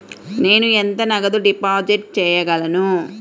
నేను ఎంత నగదు డిపాజిట్ చేయగలను?